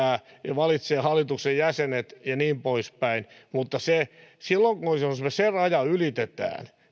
valitsee hallituksen jäsenet ja niin poispäin mutta sen jälkeen kun se raja ylitetään